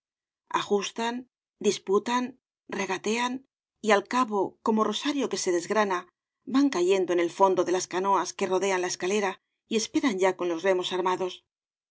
ajustan disputan regatean y al cabo como rosario que se desgrana van cayendo en el fondo de las canoas que rodean la escalera y esperan ya con los remos armados